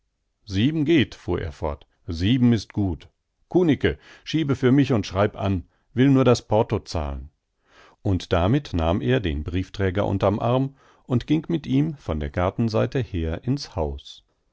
sieben geht fuhr er fort sieben ist gut kunicke schiebe für mich und schreib an will nur das porto zahlen und damit nahm er den briefträger unterm arm und ging mit ihm von der gartenseite her ins haus